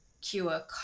cure